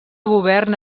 govern